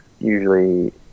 usually